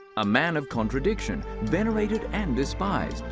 a man of contradiction venerated and despised.